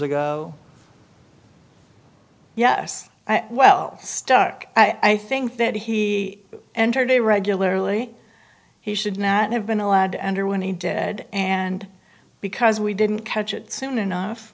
ago yes well stuck i think that he entered a regularly he should not have been allowed to enter when he dead and because we didn't catch it soon enough